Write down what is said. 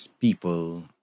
people